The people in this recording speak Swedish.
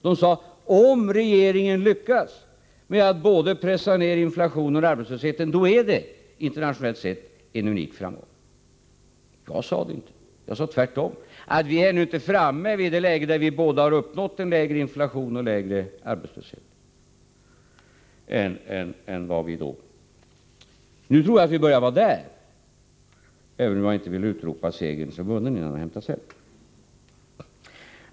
De sade: Om regeringen lyckas pressa ned både inflationen och arbetslösheten, är det internationellt sett en unik framgång. Det var, som sagt, inte jag som gjorde det uttalandet. Tvärtom sade jag att vi ännu inte har kommit i det läget att vi uppnått både lägre inflation och lägre arbetslöshet. Nu tror jag att vi börjar vara där, även om jag inte vill utropa segern som vunnen innan den har hämtats hem.